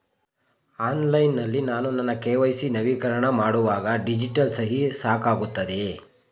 Online ನಲ್ಲಿ ನಾನು ನನ್ನ ಕೆ.ವೈ.ಸಿ ನವೀಕರಣ ಮಾಡುವಾಗ ಡಿಜಿಟಲ್ ಸಹಿ ಸಾಕಾಗುತ್ತದೆಯೇ?